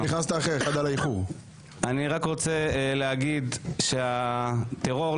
אני רק רוצה להגיד שהטרור,